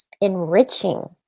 enriching